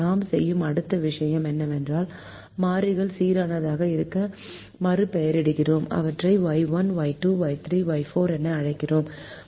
நாம் செய்யும் அடுத்த விஷயம் என்னவென்றால் மாறிகள் சீரானதாக இருக்க மறுபெயரிடுகிறோம் அவற்றை Y1 Y2 Y3 Y4 என அழைக்கிறோம்